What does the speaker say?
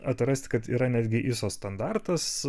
atrasti kad yra netgi iso standartus